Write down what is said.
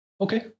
Okay